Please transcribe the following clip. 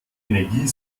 energie